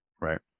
Right